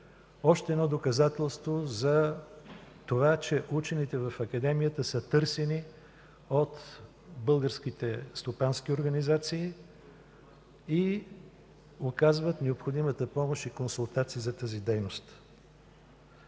още едно доказателство за това, че учените в Академията са търсени от българските стопански организации и оказват необходимата помощ, и консултации за тази дейност.